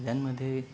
फायद्यांमध्ये